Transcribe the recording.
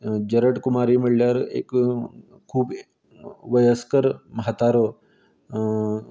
जरठ कुमारी म्हळ्यार एक खूब वयस्कर म्हातारो